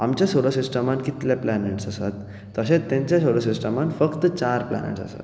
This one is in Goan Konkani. आमच्या सोलर सिस्टमान कितलें प्लैनट्स आसात तशेंत तेंचे सोलर सिस्टमान फक्त चार प्लैनट आसात